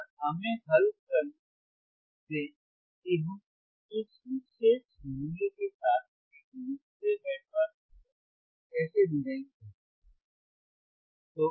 और हमें हल करने दें कि हम इस विशेष मूल्य के साथ एक निष्क्रिय बैंड पास फ़िल्टर कैसे डिज़ाइन कर सकते हैं